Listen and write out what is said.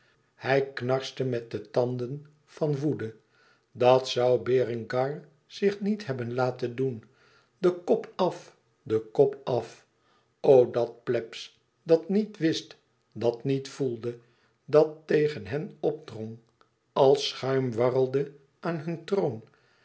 hij knarste met de tanden van woede dàt zoû berengar i zich niet hebben laten doen den kop af den kop af o dat plebs dat niet wist dat niet voelde dat tegen hen opdrong als schuim warrelde aan hun troon